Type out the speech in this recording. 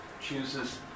chooses